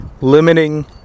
limiting